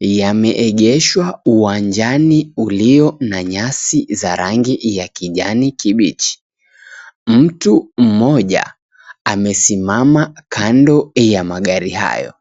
yameegeshwa uwanjani ulio na nyasi za rangi ya kijani kibichi. Mtu mmoja amesimama kando ya magari hayo.